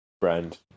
brand